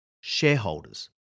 shareholders